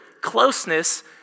closeness